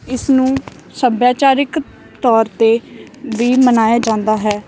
ਇਸ ਨੂੰ ਸੱਭਿਆਚਾਰਕ ਤੌਰ 'ਤੇ ਵੀ ਮਨਾਇਆ ਜਾਂਦਾ ਹੈ